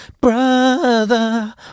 Brother